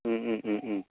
उम उम उम उम